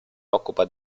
occupa